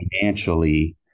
financially